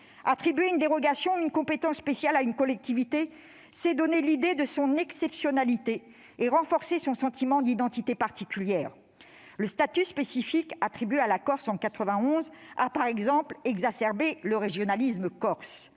Attribuer une dérogation ou une compétence spéciale à une collectivité revient, en effet, à reconnaître son exceptionnalité et à renforcer un sentiment d'identité particulière. Le statut spécifique attribué à la Corse, en 1991, par exemple, n'a fait qu'exacerber le régionalisme corse.